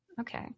Okay